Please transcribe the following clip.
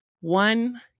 one